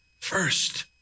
first